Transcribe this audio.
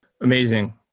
Amazing